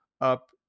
up